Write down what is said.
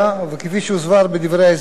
כפי שהוסבר בדברי ההסבר,